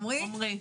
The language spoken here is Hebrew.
עמרי,